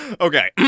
Okay